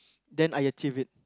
then I achieved it